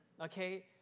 okay